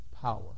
power